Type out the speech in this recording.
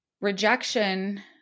rejection